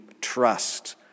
trust